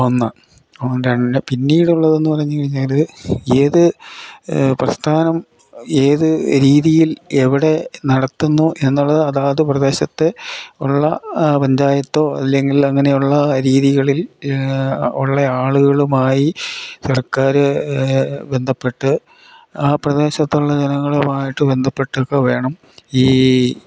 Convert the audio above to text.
ഒന്ന് രണ്ട് പിന്നീടുള്ളതെന്ന് പറഞ്ഞ് കഴിഞ്ഞാൽ ഏത് പ്രസ്ഥാനം ഏത് രീതിയിൽ എവിടെ നടത്തുന്നു എന്നുള്ളത് അതാത് പ്രദേശത്തെ ഉള്ള പഞ്ചായത്തോ അല്ലങ്കിൽ അങ്ങനെയുള്ള രീതികളിൽ ഉള്ളയാളുകളുമായി സർക്കാർ ബന്ധപ്പെട്ട് ആ പ്രദേശത്തുള്ള ജനങ്ങളുമായിട്ട് ബന്ധപ്പെട്ടൊക്കെ വേണം ഈ